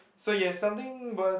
so yes something worth